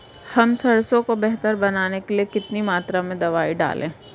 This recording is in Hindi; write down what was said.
हम सरसों को बेहतर बनाने के लिए कितनी मात्रा में दवाई डालें?